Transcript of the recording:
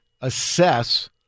assess